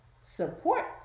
support